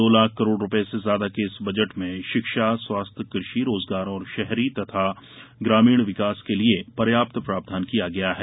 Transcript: दो लाख करोड़ रुपये से ज्यादा के इस बजट में शिक्षा स्वास्थ्य कृषि रोजगार और शहरी तथा ग्रामीण विकास के लिए पर्याप्त प्रावधान किया गया है